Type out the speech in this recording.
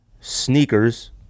sneakers